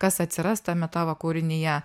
kas atsiras tame tavo kūrinyje